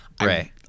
Right